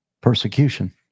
persecution